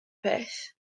peth